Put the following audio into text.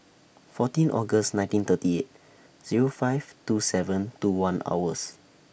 fourteen August nineteen thirty eight Zero five two seven two one hours